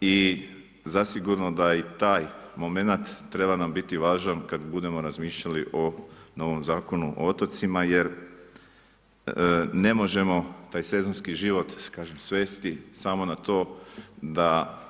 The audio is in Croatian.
i zasigurno da i taj momenat treba nam biti važan kad budemo razmišljali o novom Zakonu o otocima jer ne možemo taj sezonski život svesti samo na to da